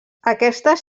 aquestes